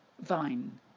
vine